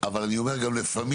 אבל אני אומר גם לפעמים,